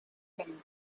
came